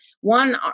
one